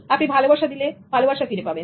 আপনি ভালোবাসা দিলে ভালোবাসা ফিরে পাবেন